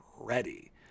ready